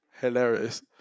Hilarious